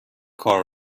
کار